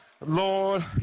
Lord